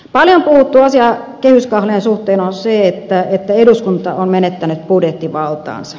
paljon puhuttu asia kehyskahleen suhteen on se että eduskunta on menettänyt budjettivaltaansa